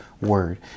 Word